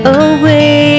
away